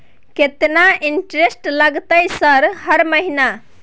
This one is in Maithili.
केतना इंटेरेस्ट लगतै सर हर महीना?